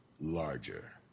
larger